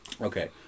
Okay